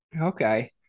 Okay